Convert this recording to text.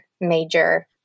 major